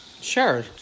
Sure